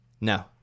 No